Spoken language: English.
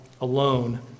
alone